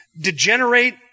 degenerate